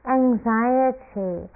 anxiety